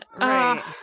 Right